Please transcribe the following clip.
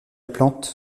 plante